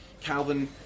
Calvin